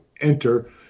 enter